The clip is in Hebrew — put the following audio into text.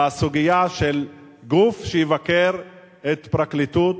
בסוגיה של גוף שיבקר את הפרקליטות